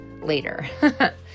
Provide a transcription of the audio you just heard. later